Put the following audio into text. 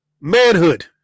manhood